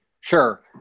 Sure